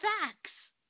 facts